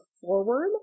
forward